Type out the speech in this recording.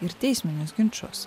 ir teisminius ginčus